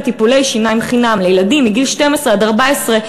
טיפולי שיניים חינם לילדים מגיל 12 עד 14,